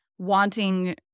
Wanting